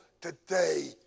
today